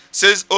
says